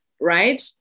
right